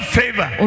favor